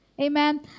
Amen